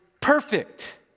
perfect